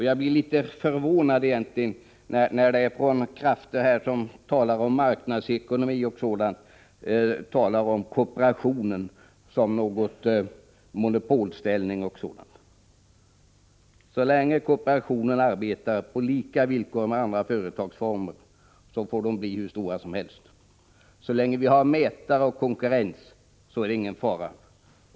Jag blir förvånad när det här, från krafter som talar om marknadsekonomi och sådant, talas om kooperationens monopolställning. Så länge kooperationen arbetar på samma villkor som andra företagsformer får den bli hur stor som helst! Så länge vi har mätare av konkurrens är det ingen fara!